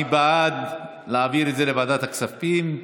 מי בעד להעביר את זה לוועדת הכספים?